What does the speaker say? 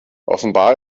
offenbar